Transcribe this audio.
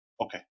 Okay